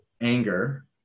anger